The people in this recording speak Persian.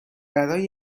برای